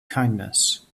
kindness